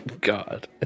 God